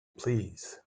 please